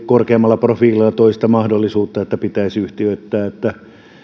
korkeammalla profiilillaan toi hieman sitä mahdollisuutta että pitäisi yhtiöittää ja